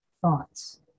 thoughts